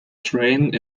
train